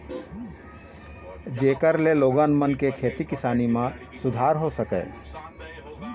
जेखर ले लोगन मन के खेती किसानी म सुधार हो सकय